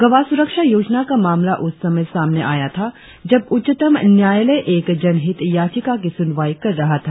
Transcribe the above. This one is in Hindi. गवाह सुरक्षा योजना का मामला उस समय सामने आया था जब उच्चतम न्यायालय एक जनहित याचिका की सुनवाई कर रहा था